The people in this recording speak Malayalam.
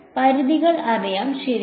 പരിധികൾ അറിയാം ശരിയാണ്